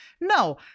No